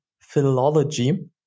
philology